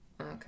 Okay